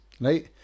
Right